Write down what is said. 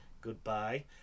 Goodbye